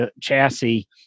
chassis